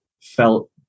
felt